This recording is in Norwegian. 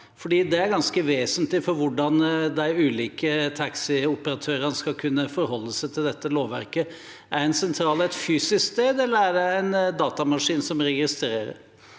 Det er ganske vesentlig for hvordan de ulike taxioperatørene skal kunne forholde seg til dette lovverket. Er en sentral et fysisk sted, eller er det en datamaskin som registrerer?